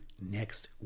next